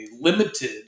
limited